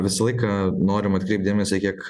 visą laiką norim atkreipti dėmesį kiek